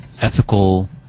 ethical